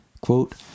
Quote